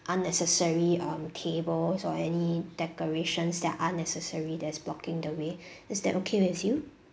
unnecessary um tables or any decorations that are unnecessary that's blocking the way is that okay with you